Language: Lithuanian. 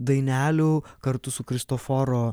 dainelių kartu su kristoforo